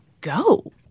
go